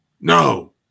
No